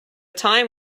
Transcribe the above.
time